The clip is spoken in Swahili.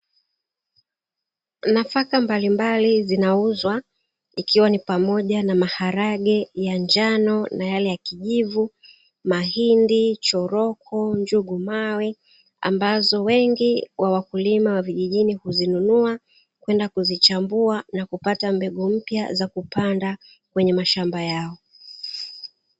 Nafaka mbalimbali zinauzwa ikiwa ni pamoja na maharage ya njano na yale ya kijivu, mahindi, choroko, njugumawe ambazo wengi wa wakulima wa kijijini huzinunua kwenda kuzichambua na kupata mbegu mpya na kwenda kupanda kwenye mashamba yao.